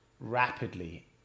rapidly